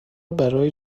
برای